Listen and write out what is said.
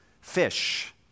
fish